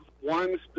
one